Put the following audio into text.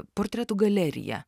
portretų galeriją